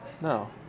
No